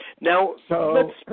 Now